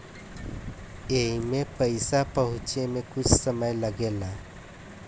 एईमे पईसा पहुचे मे कुछ समय लागेला